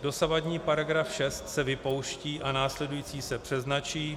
Dosavadní § 6 se vypouští a následující se přeznačí.